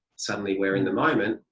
suddenly we're in the moment,